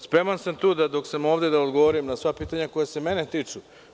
Spreman sam da dok sam ovde odgovorim na sva pitanja koja se mene tiču.